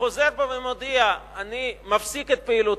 חוזר בו ומודיע: אני מפסיק את פעילותי,